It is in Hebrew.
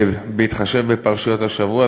בהתחשב בפרשיות השבוע,